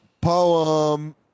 Poem